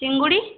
ଚିଙ୍ଗୁଡ଼ି